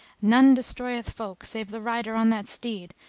none destroyeth folk save the rider on that steed,